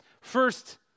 First